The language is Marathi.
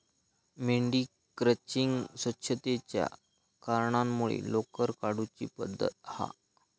मेंढी क्रचिंग स्वच्छतेच्या कारणांमुळे लोकर काढुची पद्धत हा